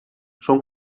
són